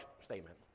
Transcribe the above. statement